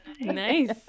Nice